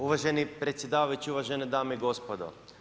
Uvaženi predsjedavajući, uvažene dame i gospodo.